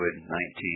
COVID-19